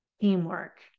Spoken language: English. teamwork